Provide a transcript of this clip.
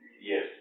Yes